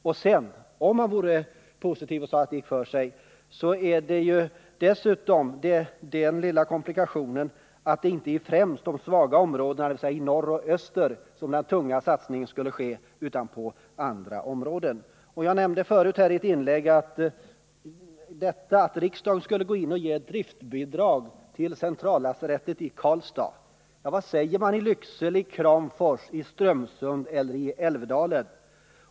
Och sedan, om man är positiv och säger att det går för sig, blir det dessutom den lilla komplikationen att det inte är främst i de svaga områdena — dvs. i norr och öster — som den tunga satsningen skulle ske, utan i andra områden. Jag tog tidigare upp detta att riksdagen skulle gå in och ge ett driftbidrag till centrallasarettet i Karlstad. Ja, vad säger man i Lycksele, Kramfors, Strömsund eller Älvdalen?